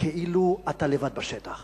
כאילו אתה לבד בשטח.